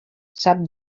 sap